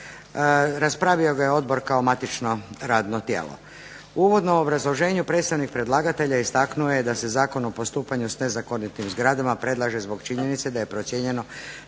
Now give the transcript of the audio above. Raspravio ga je Odbor kao matično radno tijelo. U uvodnom obrazloženju predstavnik predlagatelja istaknuo je da se Zakon o postupanju s nezakonitim zgradama predlaže zbog činjenice da je procijenjeno